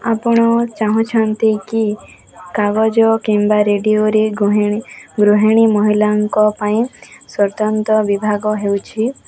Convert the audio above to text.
ଆପଣ ଚାହୁଁଛନ୍ତି କି କାଗଜ କିମ୍ବା ରେଡ଼ିଓରେ ଗୃହିଣୀ ଗୃହିଣୀ ମହିଳାଙ୍କ ପାଇଁ ସ୍ୱତନ୍ତ୍ର ବିଭାଗ ହେଉଛି